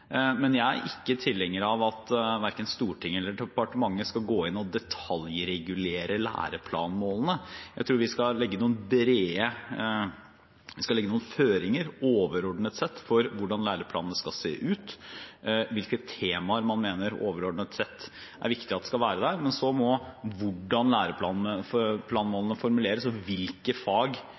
men jeg er ikke tilhenger av at verken Stortinget eller departementet skal gå inn og detaljregulere læreplanmålene. Jeg tror vi skal legge noen føringer, overordnet sett, for hvordan læreplanene skal se ut, og hvilke temaer man overordnet sett mener er viktig at skal være der. Men hvordan læreplanmålene formuleres, og hvilke fag